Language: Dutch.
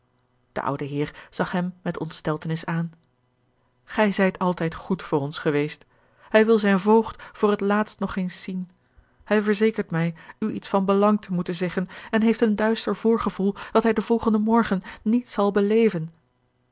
de oude heer zag hem met ontsteltenis aan gij zijt altijd goed voor ons geweest hij wil zijn voogd voor het laatst nog eens zien hij verzekert mij u iets van belang te moeten zeggen en heeft een duister voorgevoel dat hij den volgenden morgen niet zal beleven